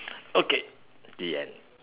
okay the end